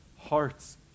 hearts